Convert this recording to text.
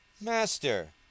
Master